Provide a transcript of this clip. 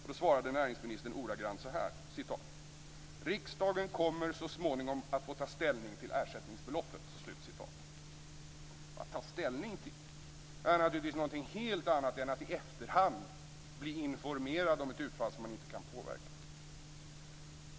Då svarade näringsministern så här: "Riksdagen kommer så småningom att få ta ställning till ersättningsbeloppet." Att få ta ställning till är naturligtvis något helt annat än att i efterhand bli informerad om ett utfall som man inte kan påverka.